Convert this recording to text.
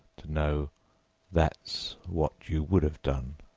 to know that's what you would have done.